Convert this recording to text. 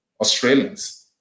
Australians